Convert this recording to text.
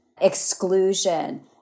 exclusion